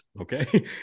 okay